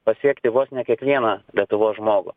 pasiekti vos ne kiekvieną lietuvos žmogų